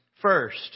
first